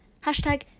Hashtag